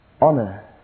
Honor